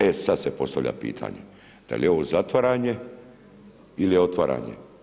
E sad se postavlja pitanje da li je ovo zatvaranje ili otvaranje.